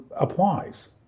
applies